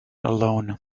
alone